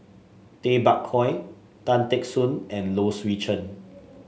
Tay Bak Koi Tan Teck Soon and Low Swee Chen